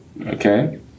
okay